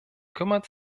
kümmert